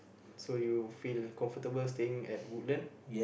so you feel comfortable staying at Woodland